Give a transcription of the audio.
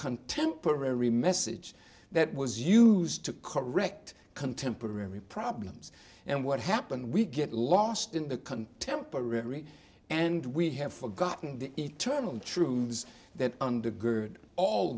contemporary message that was used to correct contemporary problems and what happened we get lost in the contemporary and we have forgotten the eternal truths that undergird all